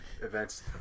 events